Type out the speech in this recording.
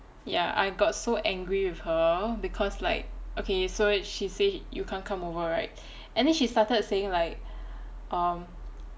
ya I got so angry with her because like okay so she said you can't come over right and then she started saying like um